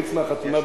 חוץ מהחתימה,